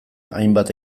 hainbat